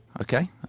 Okay